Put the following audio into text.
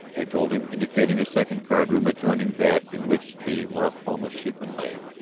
they told him, indicating a second card-room adjoining that in which the las palmas sheepman lay.